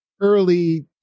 early